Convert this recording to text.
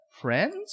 friends